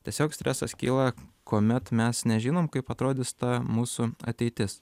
tiesiog stresas kyla kuomet mes nežinom kaip atrodys ta mūsų ateitis